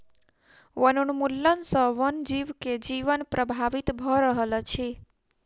वनोन्मूलन सॅ वन जीव के जीवन प्रभावित भ रहल अछि